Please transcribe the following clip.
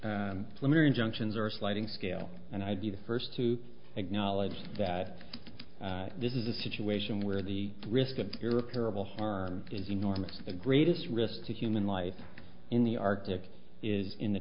are sliding scale and i would be the first to acknowledge that this is a situation where the risk of europe terrible harm is enormous the greatest risk to human life in the arctic is in the